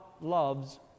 loves